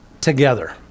together